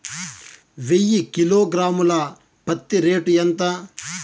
వెయ్యి కిలోగ్రాము ల పత్తి రేటు ఎంత?